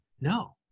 no